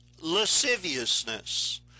lasciviousness